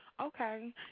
Okay